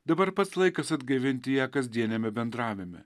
dabar pats laikas atgaivinti ją kasdieniame bendravime